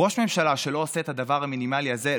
ראש ממשלה שלא עושה את הדבר המינימלי הזה,